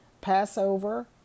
Passover